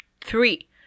three